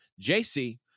JC